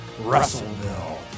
Russellville